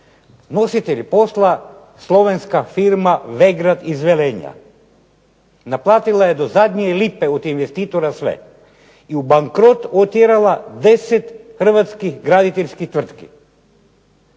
nositelj posla Slovenska firma Vegrad iz VElenja naplatila je do zadnje lipe od investitora sve, i u bankrot otjerala 10 Hrvatskih graditeljskih tvrtki,